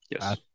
Yes